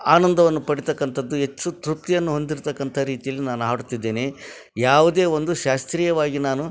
ಆನಂದವನ್ನು ಪಡಿತಕ್ಕಂಥದ್ದು ಹೆಚ್ಚು ತೃಪ್ತಿಯನ್ನು ಹೊಂದಿರತಕ್ಕಂಥ ರೀತಿಯಲ್ಲಿ ನಾನು ಹಾಡುತ್ತಿದ್ದೇನೆ ಯಾವ್ದೇ ಒಂದು ಶಾಸ್ತ್ರೀಯವಾಗಿ ನಾನು